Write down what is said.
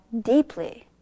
deeply